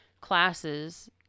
classes